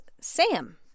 Sam